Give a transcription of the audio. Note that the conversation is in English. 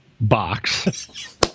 box